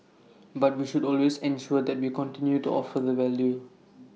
but we should always ensure that we continue to offer the value